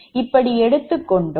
இப்படி எடுத்துக்கொண்டோம்